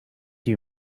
you